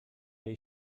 jej